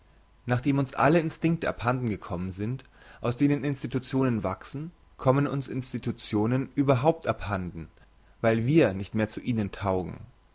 nachdem uns alle instinkte abhanden gekommen sind aus denen institutionen wachsen kommen uns institutionen überhaupt abhanden weil wir nicht mehr zu ihnen taugen